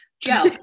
Joe